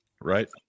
right